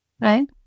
Right